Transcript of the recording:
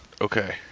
Okay